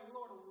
Lord